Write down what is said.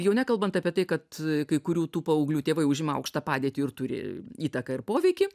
jau nekalbant apie tai kad kai kurių tų paauglių tėvai užima aukštą padėtį ir turi įtaką ir poveikį